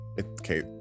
okay